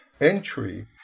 entry